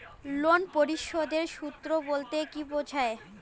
Loan পরিশোধের সূএ বলতে কি বোঝায়?